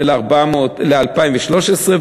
זה ל-2013,